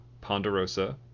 Ponderosa